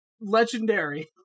Legendary